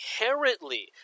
inherently